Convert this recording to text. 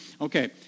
Okay